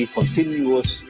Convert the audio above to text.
continuous